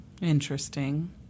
Interesting